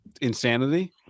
insanity